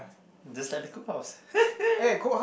the Celical clause